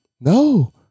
No